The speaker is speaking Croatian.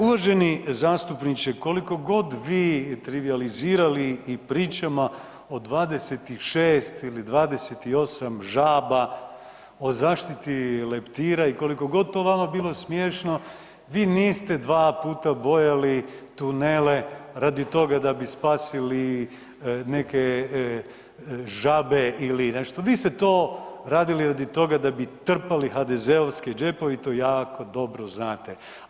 Uvaženi zastupniče, koliko god vi trivijalizirali i pričama o 26 ili 28 žaba, o zaštiti leptira i koliko god vama to bilo smiješno vi niste dva puta bojali tunele radi toga da bi spasili neke žabe ili nešto, vi ste to radili radi toga da bi trpali HDZ-ovske džepove i to jako dobro znate.